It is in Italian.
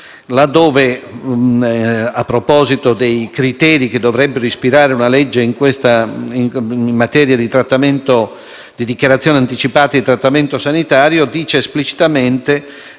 là dove, a proposito dei criteri che dovrebbero ispirare una legge in materia di dichiarazione anticipata di trattamento sanitario, dice esplicitamente: